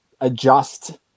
adjust